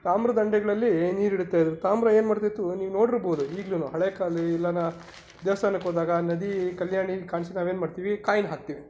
ತಾಮ್ರದ ಹಂಡೆಗಳಲ್ಲಿ ನೀರು ಇಡ್ತಾ ಇದ್ದರು ತಾಮ್ರ ಏನು ಮಾಡ್ತಾ ಇತ್ತು ನೀವು ನೋಡಿರ್ಬೋದು ಈಗ್ಲೂ ಹಳೆಯ ಕಾಲದ ಎಲ್ಲಾನ ದೇವಸ್ಥಾನಕ್ಕೆ ಹೋದಾಗ ನದಿ ಕಲ್ಯಾಣಿ ಕಾಣಿಸಿದರೆ ನಾವೇನು ಮಾಡ್ತೀವಿ ಕಾಯ್ನ್ ಹಾಕ್ತೀವಿ